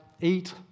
eat